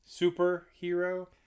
superhero